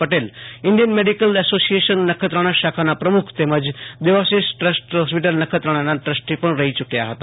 Patel Indian medical association Nakhatrana શાખાના પ્રમુખ તેમજ દેવાશિષ ટ્રસ્ટ હોસ્પિટઇ નખત્રાણાના ટ્રસ્ટી પણ રહી યૂક્યા હતા